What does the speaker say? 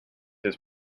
his